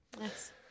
Yes